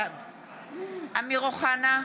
בעד אמיר אוחנה,